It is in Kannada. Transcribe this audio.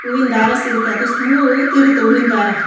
ಹೂವಿನ್ ದಾರ ಸಿಗುತ್ತೆ ಅದು ಸ್ಮೂತ್ ಇರುತ್ತೆ ಹೂವಿನ್ ದಾರ